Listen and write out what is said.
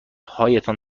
هایتان